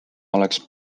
oleks